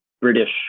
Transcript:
British